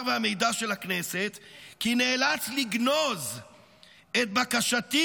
והמידע של הכנסת כי נאלץ לגנוז את בקשתי